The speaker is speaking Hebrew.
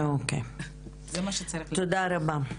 אוקי, תודה רבה.